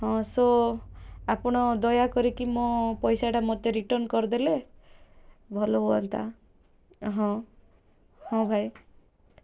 ହଁ ସୋ ଆପଣ ଦୟାକରି କି ମୋ ପଇସାଟା ମତେ ରିଟର୍ଣ୍ଣ କରିଦେଲେ ଭଲ ହୁଅନ୍ତା ହଁ ହଁ ଭାଇ